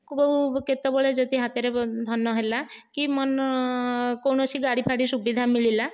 କେଉଁ କେତେବେଳେ ଯଦି ହାତରେ ଧନ ହେଲା କି ମନ କୌଣସି ଗାଡି ଫାଡ଼ି ସୁବିଧା ମିଳିଲା